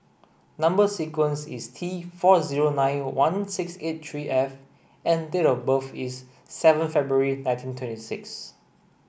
number sequence is T four zero nine one six eight three F and date of birth is seven February nineteen twenty six